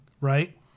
right